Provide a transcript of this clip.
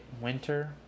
winter